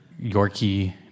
Yorkie